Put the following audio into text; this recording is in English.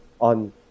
on